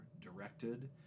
directed